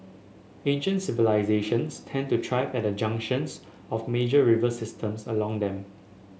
ancient civilisations tended to thrive at the junctions of major river systems along them